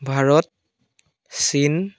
ভাৰত চীন